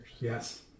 Yes